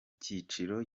cyiciro